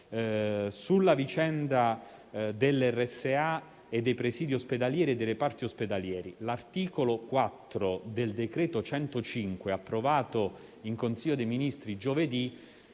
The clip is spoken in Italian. Sulla vicenda delle RSA, dei presidi ospedalieri e dei reparti ospedalieri, l'articolo 4 del decreto-legge n. 105, approvato in Consiglio dei ministri giovedì,